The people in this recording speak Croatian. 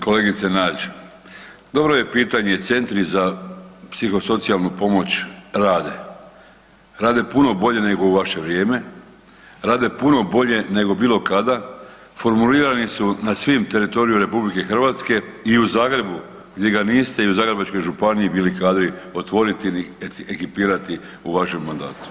Kolegice Nađ, dobro je pitanje centri za psihosocijalnu pomoć rade, rade puno bolje nego u vaše vrijeme, rade puno bolje nego bilo kada, formulirani su na svim teritoriju RH i u Zagrebu gdje ga niste i u Zagrebačkoj županiji bili kadri otvoriti ni ekipirati u vašem mandatu.